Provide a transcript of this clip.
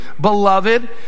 beloved